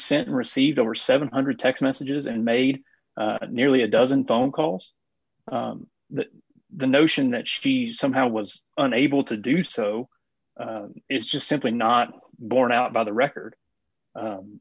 sent received over seven hundred text messages and made nearly a dozen phone calls that the notion that she somehow was unable to do so is just simply not borne out by the record